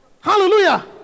Hallelujah